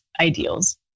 ideals